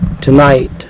tonight